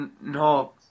no